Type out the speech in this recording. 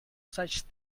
such